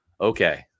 okay